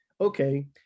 okay